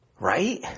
Right